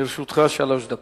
לרשותך שלוש דקות.